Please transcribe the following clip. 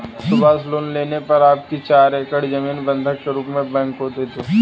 Subhash loan लेने पर अपनी चार एकड़ जमीन बंधक के रूप में बैंक को दें